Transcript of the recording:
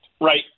right